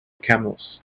camels